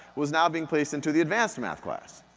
was now being placed into the advanced math class.